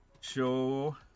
show